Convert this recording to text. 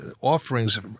offerings